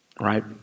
right